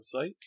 website